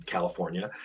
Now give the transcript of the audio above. California